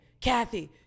Kathy